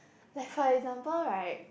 like for example right